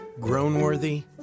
Grown-worthy